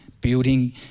building